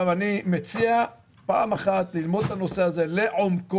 אני מציע פעם אחת ללמוד את הנושא הזה לעומקו.